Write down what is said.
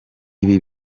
ibi